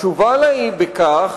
התשובה לה היא בכך